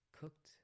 Cooked